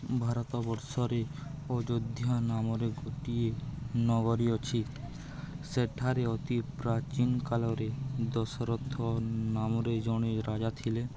ଭାରତବର୍ଷରେ ଅଯୋଧ୍ୟ ନାମରେ ଗୋଟିଏ ନଗରୀ ଅଛି ସେଠାରେ ଅତି ପ୍ରାଚୀନ କଳରେ ଦଶରଥ ନାମରେ ଜଣେ ରାଜା ଥିଲେ